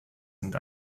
sind